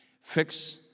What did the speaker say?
Fix